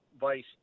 vice